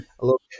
Look